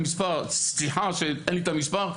סליחה שאין לי את המספר.